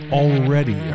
already